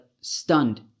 stunned